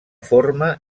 forma